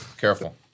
careful